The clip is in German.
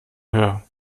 her